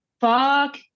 fuck